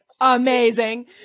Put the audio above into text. Amazing